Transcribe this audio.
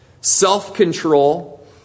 self-control